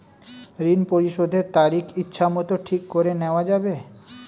ঋণ পরিশোধের তারিখ ইচ্ছামত ঠিক করে নেওয়া যাবে?